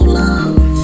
love